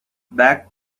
back